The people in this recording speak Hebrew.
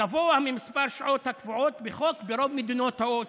גבוה ממספר השעות הקבועות בחוק ברוב מדינות ה-OECD.